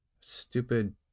Stupid